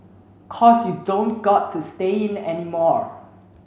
cause you don't got to stay in anymore